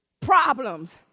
problems